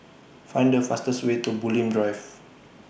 Find The fastest Way to Bulim Drive